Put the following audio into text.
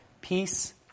peace